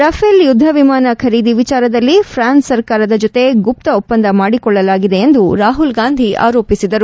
Rafale ಯುದ್ದ ವಿಮಾನ ಖರೀದಿ ವಿಚಾರದಲ್ಲಿ ಫ್ರಾನ್ಸ್ ಸರ್ಕಾರದ ಜೊತೆ ಗುಪ್ತ ಒಪ್ಪಂದ ಮಾಡಿಕೊಳ್ಳಲಾಗಿದೆ ಎಂದು ರಾಹುಲ್ಗಾಂಧಿ ಆರೋಪಿಸಿದರು